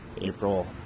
April